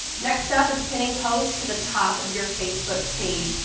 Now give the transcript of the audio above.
next up is pinning posts to the top of your facebook page.